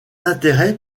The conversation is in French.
intérêt